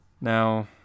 now